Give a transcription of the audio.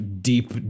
deep